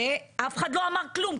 אף אחד לא אמר כלום.